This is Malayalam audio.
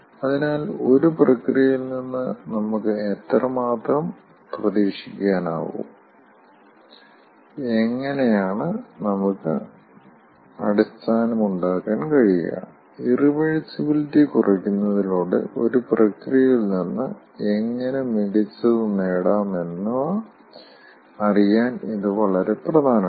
അതിനാൽ ഒരു പ്രക്രിയയിൽ നിന്ന് നമുക്ക് എത്രമാത്രം പ്രതീക്ഷിക്കാനാകും എങ്ങനെയാണ് നമുക്ക് അടിസ്ഥാനം ഉണ്ടാക്കാൻ കഴിയുക ഇറിവേഴ്സിബിലിറ്റി കുറയ്ക്കുന്നതിലൂടെ ഒരു പ്രക്രിയയിൽ നിന്ന് എങ്ങനെ മികച്ചത് നേടാം എന്നിവ അറിയാൻ ഇത് വളരെ പ്രധാനമാണ്